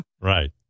Right